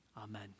Amen